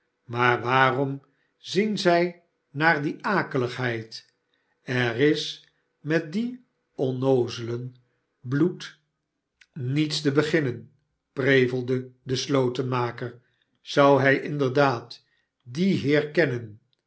maar waarom zien zij naar die akeligheid er is met dien onnoozelen bloed mets te beginnen prevelde de slotenmaker zou hij inderdaad dien